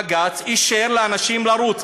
ובית-המשפט, בג"ץ, אישר לאנשים לרוץ.